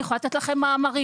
אני יכולה לתת לכם מאמרים,